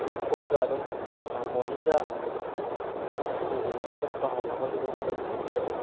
ꯑꯌꯨꯛ ꯐꯥꯎꯕꯗ ꯑꯗꯨꯝ ꯃꯣꯔꯅꯤꯡꯗ ꯑꯩꯈꯣꯏꯒꯤ ꯆꯠꯄ ꯍꯧꯅꯕꯒꯤꯗꯃꯛꯇꯁꯨ ꯁꯤꯟꯕꯤꯔꯛꯑꯣ